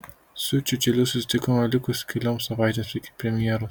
su čiučeliu susitikome likus kelioms savaitėms iki premjeros